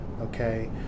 Okay